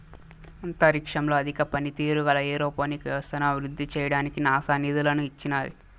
అంతరిక్షంలో అధిక పనితీరు గల ఏరోపోనిక్ వ్యవస్థను అభివృద్ధి చేయడానికి నాసా నిధులను ఇచ్చినాది